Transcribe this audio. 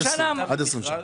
במכרז?